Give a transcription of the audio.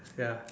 ya